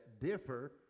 differ